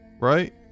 right